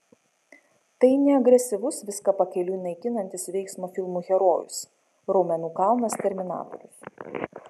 tai ne agresyvus viską pakeliui naikinantis veiksmo filmų herojus raumenų kalnas terminatorius